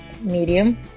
medium